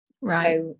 right